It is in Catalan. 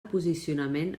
posicionament